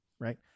right